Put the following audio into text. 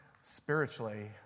spiritually